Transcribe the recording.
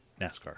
NASCAR